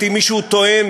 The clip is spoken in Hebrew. איש מכובד,